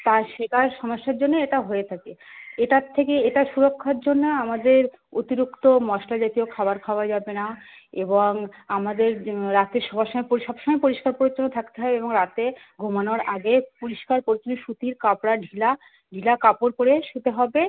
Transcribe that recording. তা সেটার সমস্যার জন্যই এটা হয়ে থাকে এটার থেকে এটা সুরক্ষার জন্য আমাদের অতিরিক্ত মশলা জাতীয় খাবার খাওয়া যাবে না এবং আমাদের রাতে শোবার সময় পো সব সময় পরিষ্কার পরিচ্ছন্ন থাকতে হয় এবং রাতে ঘুমানোর আগে পরিষ্কার পরিচ্ছন্ন সুতির কাপড় ঢিলা ঢিলা কাপড় পরে শুতে হবে